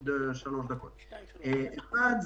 אחת,